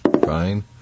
Fine